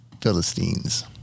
Philistines